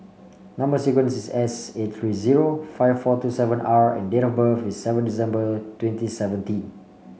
number sequence is S eighty three zero five four two seven R and date of birth is seven December twenty seventeen